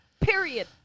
Period